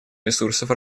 ресурсов